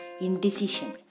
indecision